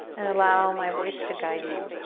and allow my voice to guide you.